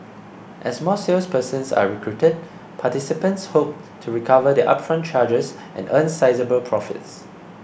as more salespersons are recruited participants hope to recover their upfront charges and earn sizeable profits